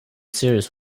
series